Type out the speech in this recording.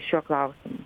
šiuo klausimu